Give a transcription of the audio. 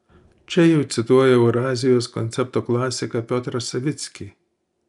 čia jau cituoju eurazijos koncepto klasiką piotrą savickį